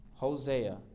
Hosea